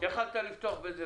יכולת לפתוח בזה.